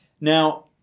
Now